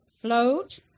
Float